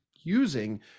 using